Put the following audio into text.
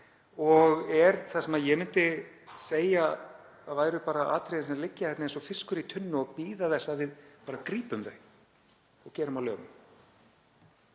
er það sem ég myndi segja að væru atriði sem liggja hér eins og fiskur í tunnu og bíða þess að við grípum þau og gerum að lögum.